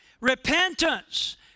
Repentance